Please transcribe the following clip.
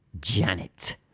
Janet